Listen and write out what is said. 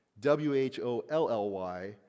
W-H-O-L-L-Y